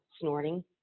snorting